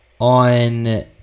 on